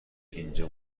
اینجا